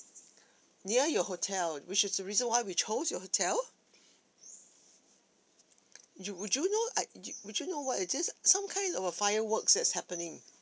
near your hotel which is the reason why we chose your hotel you would you know I would would you know what it is some kind of a fireworks that's happening